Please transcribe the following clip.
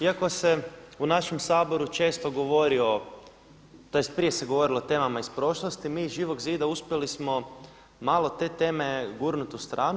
Iako se u našem Saboru često govori o, tj. prije se govorilo o temama iz prošlosti mi iz Živog zida uspjeli smo malo te teme gurnuti u stranu.